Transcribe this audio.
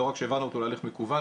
לא רק שהעברנו אותו להליך מקוון,